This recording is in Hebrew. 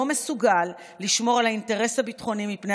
לא מסוגל לשמור על האינטרס הביטחוני מפני